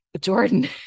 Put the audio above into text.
Jordan